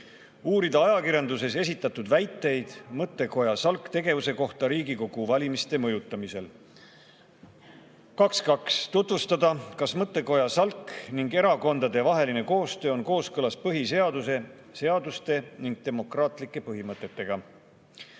uurida ajakirjanduses esitatud väiteid mõttekoja SALK tegevuse kohta Riigikogu valimiste mõjutamisel; 2.2. [tuvastada], kas mõttekoja SALK ning erakondade vaheline koostöö on kooskõlas põhiseaduse, seaduste ning demokraatlike põhimõtetega;